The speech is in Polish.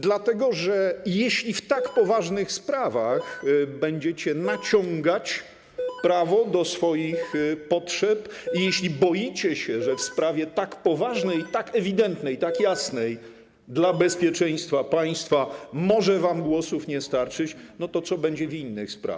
Dlatego że jeśli w tak poważnych sprawach będziecie naciągać prawo do swoich potrzeb, jeśli boicie się, że w sprawie tak poważnej i tak ewidentnej, tak jasnej dla bezpieczeństwa państwa może wam głosów nie starczyć, to co będzie w innych sprawach?